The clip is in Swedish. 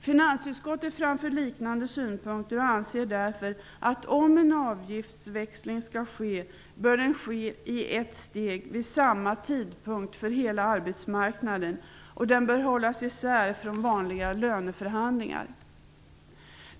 Finansutskottet framför liknande synpunkter och anser därför att om en avgiftsväxling skall ske bör den ske i ett steg vid samma tidpunkt för hela arbetsmarknaden och att den bör hållas isär från vanliga löneförhandlingar.